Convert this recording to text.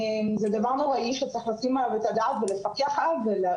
זה דבר נוראי שבאמת צריך לשים עליו את הדעת ולפקח עליו.